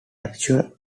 actual